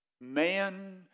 man